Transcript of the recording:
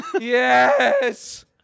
yes